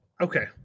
Okay